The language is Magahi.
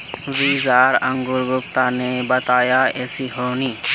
बीज आर अंकूर गुप्ता ने बताया ऐसी होनी?